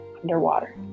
underwater